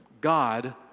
God